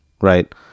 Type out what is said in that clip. right